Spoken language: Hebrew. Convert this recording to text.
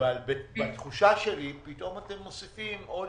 אבל התחושה שלי שאתם מוסיפים עוד